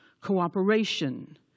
cooperation